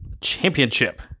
Championship